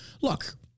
Look